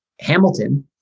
Hamilton